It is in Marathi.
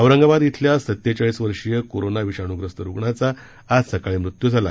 औरंगाबाद इथल्या सत्तेचाळीस वर्षीय कोरोना विषाणूयस्त रुग्णाचा आज सकाळी मृत्यू झाला